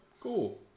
cool